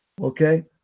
okay